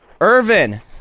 Irvin